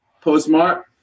Postmark